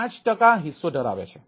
5 ટકા હિસ્સો ધરાવે છે